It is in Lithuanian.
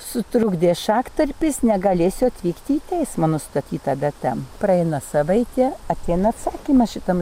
sutrukdė šaktarpiais negalėsiu atvykti į teismą nustatyta data praeina savaitė ateina atsakymas šitam